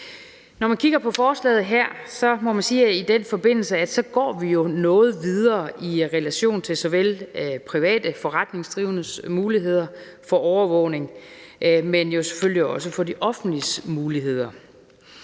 Når man kigger på forslaget her, må man i den forbindelse sige, at vi jo går noget videre i relation til private forretningsdrivendes muligheder for overvågning, men selvfølgelig også for de offentliges muligheder.